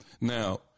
Now